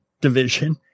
division